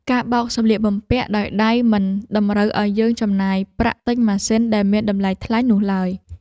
ការបោកសម្លៀកបំពាក់ដោយដៃមិនតម្រូវឱ្យយើងចំណាយប្រាក់ទិញម៉ាស៊ីនដែលមានតម្លៃថ្លៃនោះឡើយ។